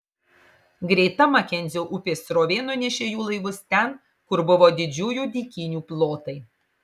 greita makenzio upės srovė nunešė jų laivus ten kur buvo didžiųjų dykynių plotai